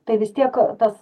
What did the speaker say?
tai vis tiek tas